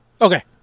Okay